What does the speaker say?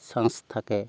chance থাকে